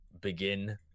begin